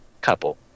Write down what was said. couple